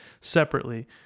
separately